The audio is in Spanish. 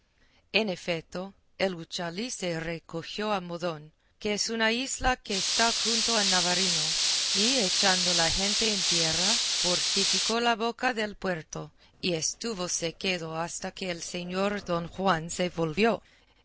en efeto el uchalí se recogió a modón que es una isla que está junto a navarino y echando la gente en tierra fortificó la boca del puerto y estúvose quedo hasta que el señor don juan se volvió